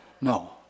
No